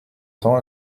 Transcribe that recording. temps